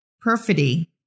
perfidy